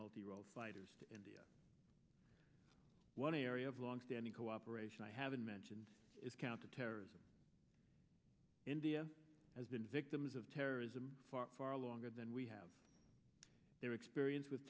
multi rolled fighters to india one area of longstanding cooperation i haven't mentioned is counterterrorism india has been victims of terrorism for far longer than we have their experience with